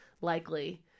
likely